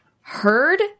heard